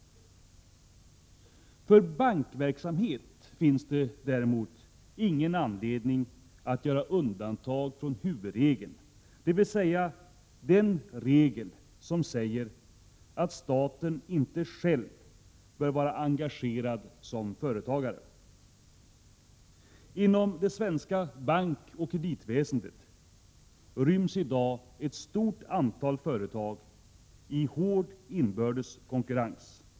För bankverksamhet finns det däremot ingen anledning att göra undantag från huvudregeln, dvs. den regel som säger att staten inte själv bör vara engagerad som företagare. Inom det svenska bankoch kreditväsendet ryms i dag ett stort antal företag i hård inbördes konkurrens.